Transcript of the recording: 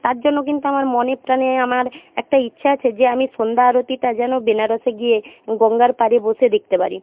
তার জন্য কিন্তু আমার মনে প্রাণে আমার একটা ইচ্ছা আছে যে আমি সন্ধ্যা আরতিটা যেন বেনারসে গিয়ে গঙ্গার পাড়ে বসে দেখতে পারি